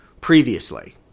previously